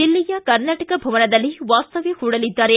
ದಿಲ್ಲಿಯ ಕರ್ನಾಟಕ ಭವನದಲ್ಲಿ ವಾಸ್ತವ್ಯ ಹೂಡಲಿದ್ದಾರೆ